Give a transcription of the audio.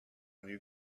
new